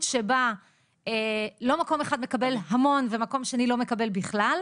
שבה לא מקום אחד מקבל המון ומקום שני לא מקבל בכלל,